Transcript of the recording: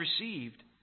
received